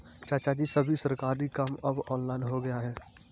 चाचाजी, सभी सरकारी काम अब ऑनलाइन हो गया है